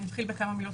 אני אתחיל בכמה מילות